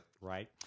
right